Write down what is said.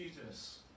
Jesus